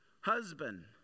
husband